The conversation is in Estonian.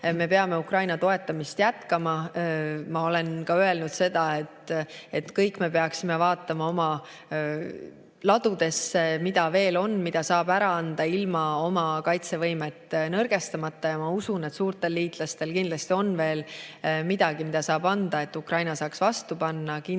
Me peame Ukraina toetamist jätkama. Ma olen öelnud ka seda, et me kõik peaksime vaatama oma ladudesse, mida veel on, mida saab ära anda ilma oma kaitsevõimet nõrgestamata. Ja ma usun, et suurtel liitlastel kindlasti on veel midagi, mida saab anda, et Ukraina saaks vastu panna. Kindlasti